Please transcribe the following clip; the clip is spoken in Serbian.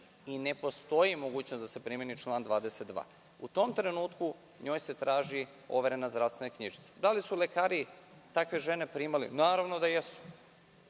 i ne postoji mogućnost da se primeni član 22. U tom trenutku njoj se traži overena zdravstvena knjižica. Da li su lekari takve žene primali? Naravno da jesu.